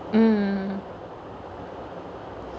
mm